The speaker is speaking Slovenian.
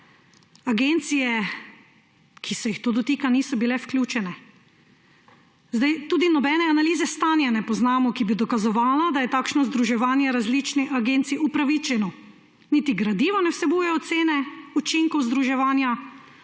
Agencije, ki se jih to dotika, niso bile vključene. Tudi nobene analize stanja ne poznamo, ki bi dokazovala, da je takšno združevanje različnih agencij upravičeno. Niti gradiva ne vsebujejo ocene učinkov združevanja,